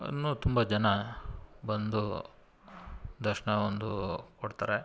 ಇನ್ನೂ ತುಂಬ ಜನ ಬಂದು ದರ್ಶನ ಒಂದು ಕೊಡ್ತಾರೆ